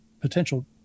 potential